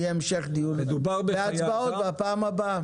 יהיה המשך דיון והצבעות בפעם הבאה.